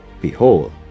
Behold